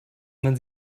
man